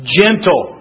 gentle